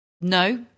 No